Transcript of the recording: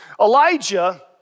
Elijah